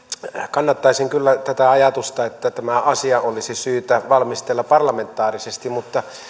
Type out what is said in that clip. kannattaisin kyllä ajatusta että tämä asia olisi syytä valmistella parlamentaarisesti mutta